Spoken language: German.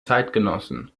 zeitgenossen